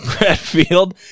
redfield